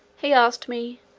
he asked me,